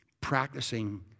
practicing